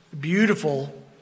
beautiful